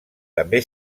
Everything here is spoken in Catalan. també